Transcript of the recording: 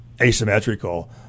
Asymmetrical